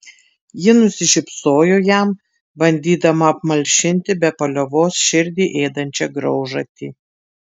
ji nusišypsojo jam bandydama apmalšinti be paliovos širdį ėdančią graužatį